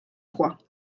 trois